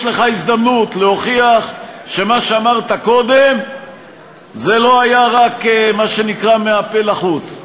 יש לך הזדמנות להוכיח שמה שאמרת קודם זה לא היה רק מה שנקרא מהפה ולחוץ.